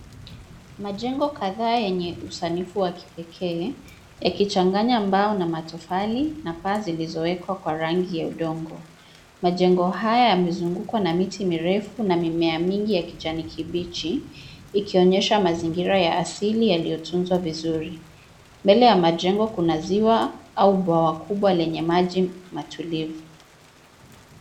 Majengo kadhaa yenye usanifu wa kipekee yakichanganya mbao na matofali na paa zilizoekwa kwa rangi ya udongo. Majengo haya yamezungukwa na miti mirefu na mimea mingi ya kijani kibichi ikionyesha mazingira ya asili yaliyotunzwa vizuri. Mbele ya majengo kuna ziwa au bwawa kubwa lenye maji matulivu.